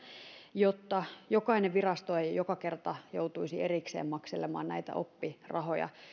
jotta jokainen virasto ei joka kerta joutuisi erikseen makselemaan näitä oppirahoja